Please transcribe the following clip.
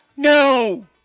No